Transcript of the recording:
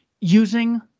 using